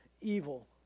evil